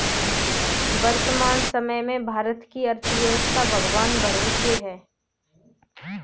वर्तमान समय में भारत की अर्थव्यस्था भगवान भरोसे है